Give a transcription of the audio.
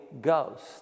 Ghost